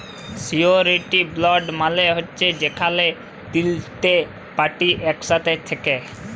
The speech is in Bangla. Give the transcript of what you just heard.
সিওরিটি বল্ড মালে হছে যেখালে তিলটে পার্টি ইকসাথে থ্যাকে